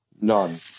none